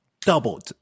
doubled